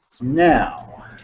Now